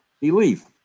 belief